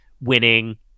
winning